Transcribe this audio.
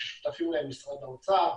ששותפים להם משרד האוצר,